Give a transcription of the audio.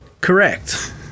Correct